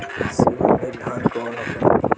सुगन्धित धान कौन होखेला?